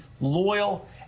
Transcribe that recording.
loyal